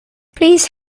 please